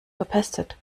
verpestet